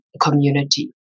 community